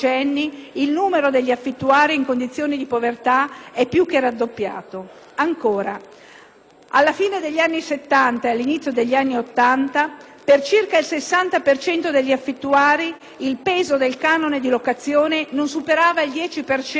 Alla fine degli anni Settanta e all'inizio degli anni Ottanta, per circa il 60 per cento degli affittuari il peso del canone di locazione non superava il 10 per cento del reddito disponibile; negli anni 2000, il 45 per cento dei nuclei in affitto